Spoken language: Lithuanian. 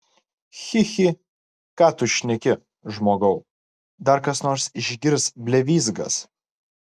chi chi ką tu šneki žmogau dar kas nors išgirs blevyzgas